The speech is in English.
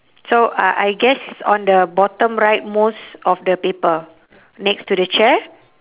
so uh I guess it's on the bottom right most of the paper next to the chair